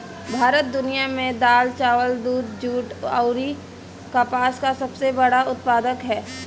भारत दुनिया में दाल चावल दूध जूट आउर कपास का सबसे बड़ा उत्पादक ह